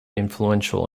influential